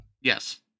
Yes